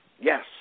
Yes